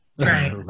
right